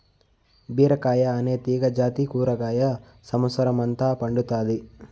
బీరకాయ అనే తీగ జాతి కూరగాయ సమత్సరం అంత పండుతాది